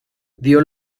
dio